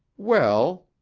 well,